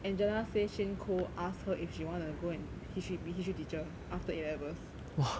angela say shane koh ask her if she wanna go and history be history teacher after A levels